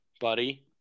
buddy